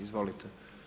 Izvolite.